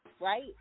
right